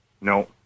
No